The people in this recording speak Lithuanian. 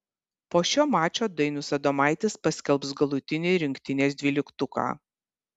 po šio mačo dainius adomaitis paskelbs galutinį rinktinės dvyliktuką